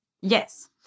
Yes